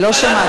שונאת